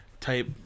type